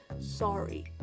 sorry